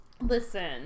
Listen